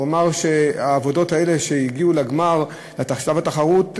אמר שהעבודות האלה שהגיעו לגמר בתחרות,